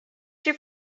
she